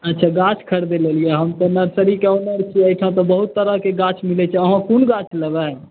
अच्छा गाछ खरिदैले एलियै हम तऽ नर्सरीके ऑनर छियै एहिठाम तऽ बहुत तरहके गाछ मिलैत छै अहाँ कोन गाछ लेबै